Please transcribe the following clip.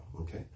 Okay